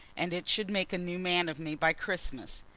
and it should make a new man of me by christmas.